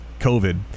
COVID